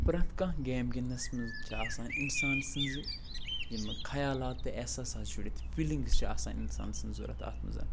پرٛٮ۪تھ کانٛہہ گیم گِنٛدنَس منٛز چھِ آسان اِنسان سٕنٛزٕ یِمہٕ خیالات تہِ احساساس جُڑِتھ فیٖلِنٛگٕس چھِ آسان اِنسان سٕنٛز ضوٚرَتھ اَتھ منٛز